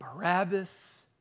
Barabbas